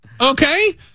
Okay